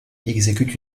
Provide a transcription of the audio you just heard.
exécute